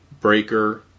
Breaker